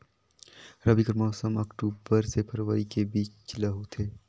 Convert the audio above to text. रबी कर मौसम अक्टूबर से फरवरी के बीच ल होथे